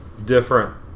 Different